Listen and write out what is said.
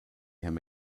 him